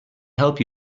help